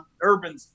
urban